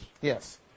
Yes